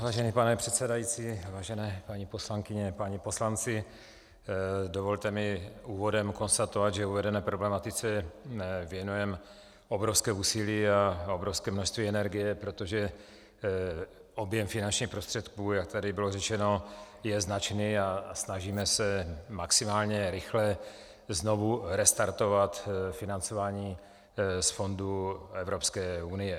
Vážený pane předsedající, vážené paní poslankyně, páni poslanci, dovolte mi úvodem konstatovat, že uvedené problematice věnujeme obrovské úsilí a obrovské množství energie, protože objem finančních prostředků, jak tady bylo řečeno, je značný a snažíme se maximálně rychle znovu restartovat financování z fondů Evropské unie.